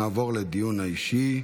נעבור לדיון האישי.